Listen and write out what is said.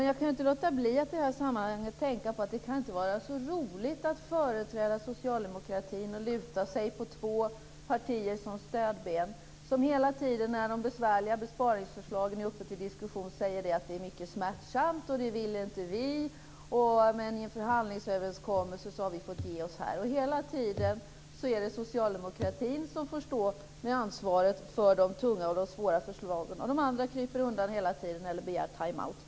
Jag kan inte låta bli att i detta sammanhang tänka på att det inte kan vara så roligt att företräda socialdemokratin och luta sig mot två partier som stödben, som varje gång de besvärliga besparingsförslagen är uppe till diskussion säger att det är mycket smärtsamt och att de inte vill göra några besparingar, men att de har fått ge sig i en förhandlingsöverenskommelse. Hela tiden är det socialdemokratin som får stå med ansvaret för de tunga och svåra förslagen. De andra kryper undan eller begär time out.